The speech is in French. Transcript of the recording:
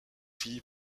fille